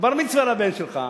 בר-מצווה לבן שלך,